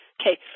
Okay